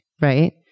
right